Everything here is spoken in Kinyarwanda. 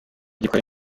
gikora